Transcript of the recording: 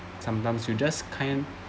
sometimes you just kind